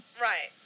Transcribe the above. Right